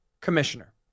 commissioner